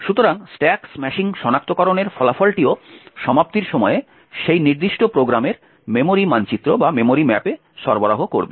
সুতরাং stack smashing সনাক্তকরণের ফলাফলটিও সমাপ্তির সময়ে সেই নির্দিষ্ট প্রোগ্রামের মেমরি মানচিত্র সরবরাহ করবে